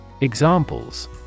Examples